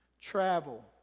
Travel